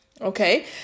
okay